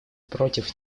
против